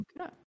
okay